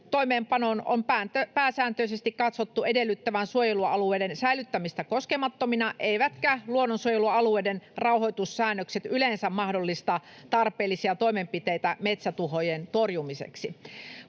toimeenpanon on pääsääntöisesti katsottu edellyttävän suojelualueiden säilyttämistä koskemattomina eivätkä luonnonsuojelualueiden rauhoitussäännökset yleensä mahdollista tarpeellisia toimenpiteitä metsätuhojen torjumiseksi.